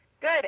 Good